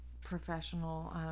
professional